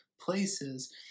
places